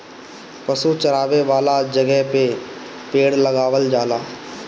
पशु चरावे वाला जगहे पे पेड़ लगावल जाला